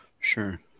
Sure